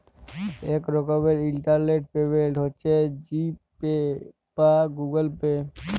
ইক রকমের internet payment হছে জি পে বা গুগল পে